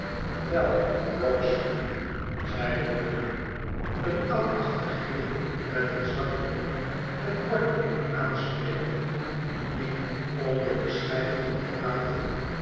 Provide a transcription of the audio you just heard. wei brogson zeide budden een oudachtig heer met een zwarten rok en korte broek aansprekende die onder den schijn van de platen